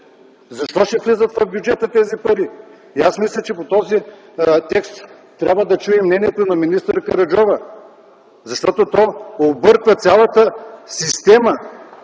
Защо ще влизат в бюджета тези пари? Аз мисля, че по този текст трябва да чуем мнението на министър Караджова. Защото то обърква цялата система